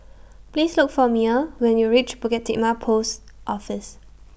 Please Look For Mia when YOU REACH Bukit Timah Post Office